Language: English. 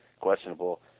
questionable